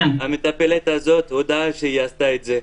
המטפלת הזאת הודתה שהיא עשתה את זה.